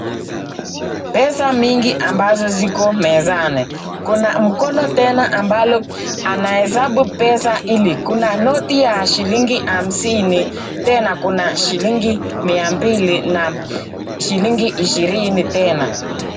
Pesa mingi ambazo ziko mezani. Kuna mkono tena ambalo anahesabu pesa hili. Kuna noti ya shilingi hamsini tena kuna shilingi mia mbili na shilingi ishirini tena.